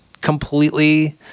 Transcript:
completely